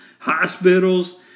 hospitals